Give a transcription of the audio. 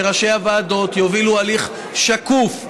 שראשי הוועדות יובילו הליך שקוף,